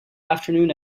afternoon